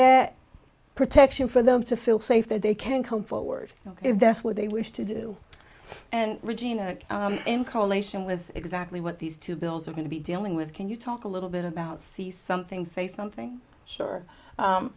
that protection for them to feel safe that they can come forward if that's what they wish to do and regina incarnation as exactly what these two bills are going to be dealing with can you talk a little bit about see something say something sure